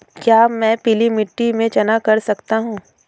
क्या मैं पीली मिट्टी में चना कर सकता हूँ?